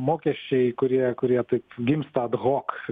mokesčiai kurie kurie taip gimsta ad hoc